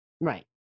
Right